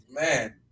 Man